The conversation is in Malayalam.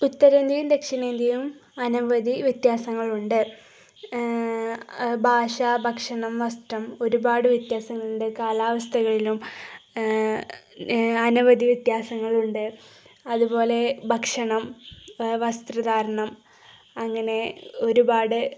ഉത്തരേന്ത്യയും ദക്ഷിണേന്ത്യയും അനവധി വ്യത്യാസങ്ങളുണ്ട് ഭാഷ ഭക്ഷണം വസ്ത്രം ഒരുപാട് വ്യത്യാസങ്ങളുണ്ട് കാലാവസ്ഥകളിലും അനവധി വ്യത്യാസങ്ങളുണ്ട് അതുപോലെ ഭക്ഷണം വസ്ത്രധാരണം അങ്ങനെ ഒരുപാട്